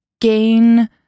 gain